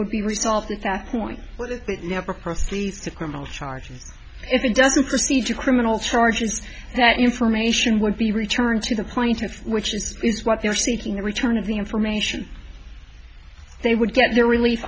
would be resolved at that point it never proceeds to criminal charges if it doesn't proceed to criminal charges that information would be returned to the point which is what they are seeking a return of the information they would get